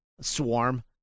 swarm